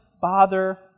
bother